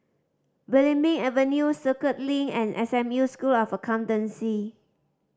Belimbing Avenue Circuit Link and S M U School of Accountancy